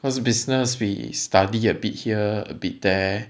cause business we study a bit here a bit there